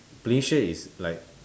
play share is like